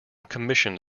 commissioned